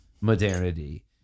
modernity